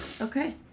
Okay